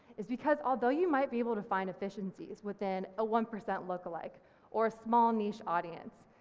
is because although you might be able to find inefficiencies within a one percent lookalike or a small niche audience,